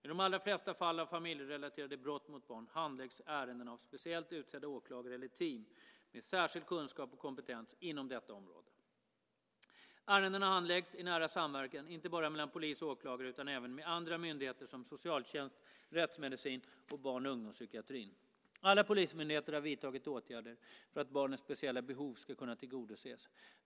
I de allra flesta fall av familjerelaterade brott mot barn handläggs ärendena av speciellt utsedda åklagare eller team med särskild kunskap och kompetens inom detta område. Ärendena handläggs i nära samverkan, inte bara mellan polis och åklagare, utan även med andra myndigheter som socialtjänst, rättsmedicin och barn och ungdomspsykiatrin. Alla polismyndigheter har vidtagit åtgärder för att barnens speciella behov ska kunna tillgodoses.